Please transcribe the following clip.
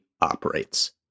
operates